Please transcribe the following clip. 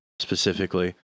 specifically